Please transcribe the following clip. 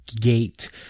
gate